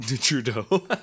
Trudeau